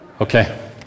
Okay